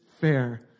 fair